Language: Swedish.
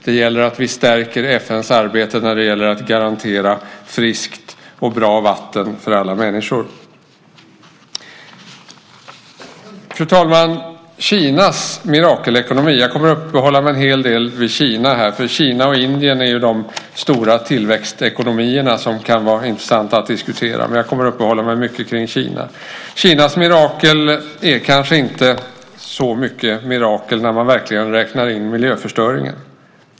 Det gäller att vi stärker FN:s arbete när det gäller att garantera friskt och bra vatten för alla människor. Fru talman! Jag kommer att uppehålla mig en hel del vid Kina. Kina och Indien är de stora tillväxtekonomierna som kan vara intressanta att diskutera. Kinas mirakelekonomi är kanske inte så mycket ett mirakel när man räknar in miljöförstöringen.